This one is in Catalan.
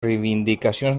reivindicacions